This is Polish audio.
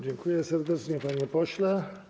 Dziękuję serdecznie, panie pośle.